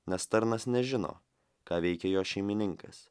nes tarnas nežino ką veikia jo šeimininkas